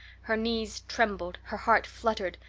her knees trembled, her heart fluttered,